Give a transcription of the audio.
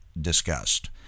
discussed